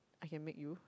I can make you